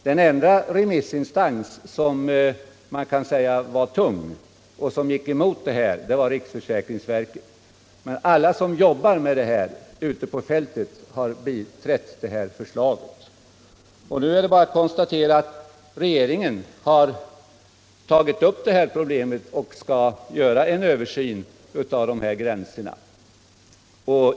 Den enda remissinstans som kan sägas vara tung och som gick emot detta var riksförsäkringsverket. Men alla som jobbar med detta ute på fältet har biträtt förslaget. Nu är det bara att konstatera att regeringen har tagit upp problemet och skall göra en översyn av dessa gränser.